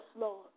Lord